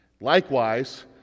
Likewise